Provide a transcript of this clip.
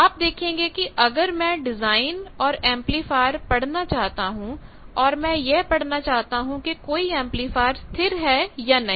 आप देखेंगे कि अगर मैं डिजाइन और एंपलीफायर पढ़ना चाहता हूं और मैं यह पढ़ना चाहता हूं कि कोई एंपलीफायर स्थिर है या नहीं